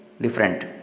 different